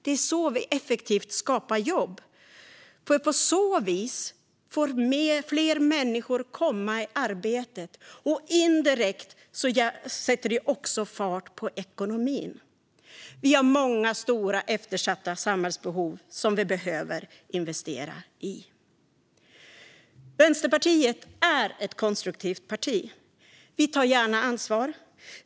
Det är så vi effektivt skapar jobb. På så vis får fler människor komma i arbete, och indirekt sätter det också fart på ekonomin. Vi har många stora, eftersatta samhällsbehov som vi behöver investera i. Vänsterpartiet är ett konstruktivt parti. Vi tar gärna ansvar.